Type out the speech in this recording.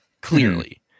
clearly